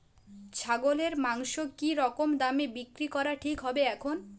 ছাগলের মাংস কী রকম দামে বিক্রি করা ঠিক হবে এখন?